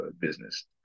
business